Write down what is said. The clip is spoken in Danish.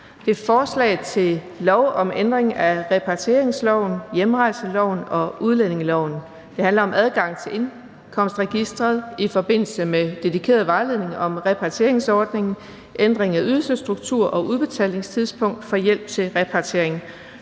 L 110: Forslag til lov om ændring af repatrieringsloven, hjemrejseloven og udlændingeloven. (Adgang til indkomstregistret i forbindelse med dedikeret vejledning om repatrieringsordningen, ændring af ydelsesstruktur og udbetalingstidspunkt for hjælp til repatriering,